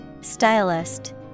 Stylist